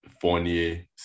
Fournier